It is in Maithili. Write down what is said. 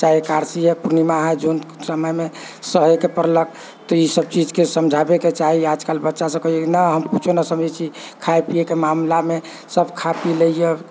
चाहे एकादशी हइ पूर्णिमा हइ जौन समयमे सहयके पड़लक तऽ ई सभ चीजके समझाबैके चाही आजकल बच्चासभ कहैए न हम कुछो न सहैत छी खाय पीयैके मामलामे सभ खा पी लैए